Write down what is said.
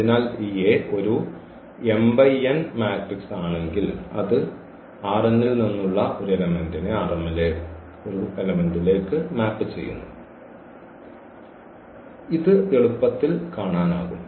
അതിനാൽ ഈ A ഒരു മാട്രിക്സ് ആണെങ്കിൽ അത് ൽ നിന്ന്ഉള്ള ഒരു എലെമെന്റിനെ ലേ ഒരു എലെമെന്റിലേക്കു മാപ്പ് ചെയ്യുന്നു ഇത് എളുപ്പത്തിൽ കാണാനാകും